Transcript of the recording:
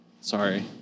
Sorry